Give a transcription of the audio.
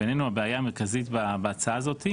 בעינינו הבעיה המרכזית בהצעה הזאת היא